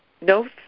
no